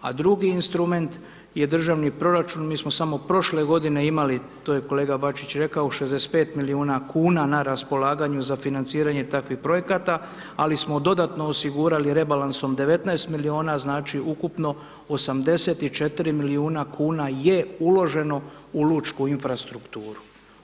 a drugi instrument je državni proračun, mi smo samo prošle godine imali, to je kolega Bačić rekao, 65 milijuna kuna na raspolaganju za financiranje takvih projekata, ali smo dodatno osigurali rebalansom 19 milijuna, znači, ukupno 84 milijuna kuna je uloženo u lučku infrastrukturu.